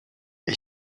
est